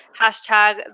hashtag